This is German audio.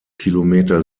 kilometer